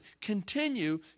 continue